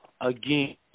Again